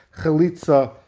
chalitza